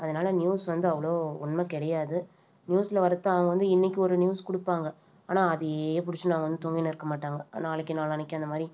அதனால நியூஸ் வந்து அவ்வளோ ஒன்றும் கிடையாது நியூஸ்ல வர்றது அவங்க வந்து இன்னக்கு ஒரு நியூஸ் கொடுப்பாங்க ஆனால் அதையே பிடிச்சின்னு அவங்க வந்து தொங்கிகின்னு இருக்க மாட்டாங்க நாளைக்கு நாளான்னைக்கு அந்த மாதிரி